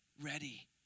ready